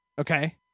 Okay